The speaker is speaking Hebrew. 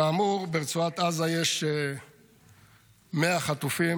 כאמור, ברצועת עזה יש 100 חטופים.